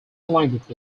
language